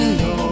no